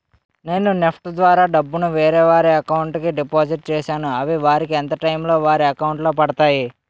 నేను నెఫ్ట్ ద్వారా నా డబ్బు ను వేరే వారి అకౌంట్ కు డిపాజిట్ చేశాను అవి వారికి ఎంత టైం లొ వారి అకౌంట్ లొ పడతాయి?